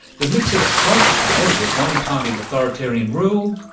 the mix of soft power with one-party authoritarian rule?